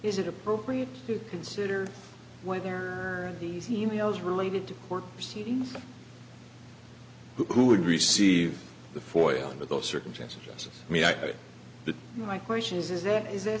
is it appropriate to consider why there are these e mails related to court proceedings who would receive the for under those circumstances i mean the my question is is that is th